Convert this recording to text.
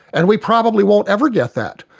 and we probably won't ever get that.